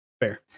Fair